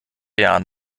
jahren